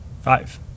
Five